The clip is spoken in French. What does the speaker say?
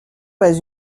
pas